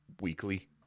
weekly